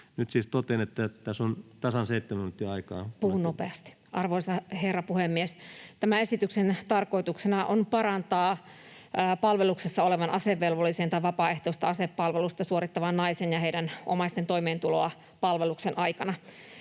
laiksi sotilasavustuslain 11 §:n muuttamisesta Time: 13:22 Content: Arvoisa herra puhemies! Tämän esityksen tarkoituksena on parantaa palveluksessa olevan asevelvollisen tai vapaaehtoista asepalvelusta suorittavan naisen ja heidän omaistensa toimeentuloa palveluksen aikana,